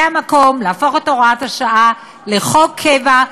זה המקום להפוך את הוראת השעה לחוק קבע,